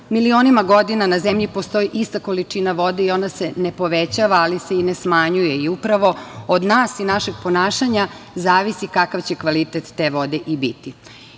Milionima godina na zemlji postoji ista količina vode i ona se ne povećava, ali se i ne smanjuje i upravo od nas i našeg ponašanja zavisi kakav će kvalitet te vode i biti.I